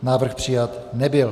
Návrh přijat nebyl.